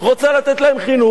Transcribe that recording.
רוצה לתת להם חינוך?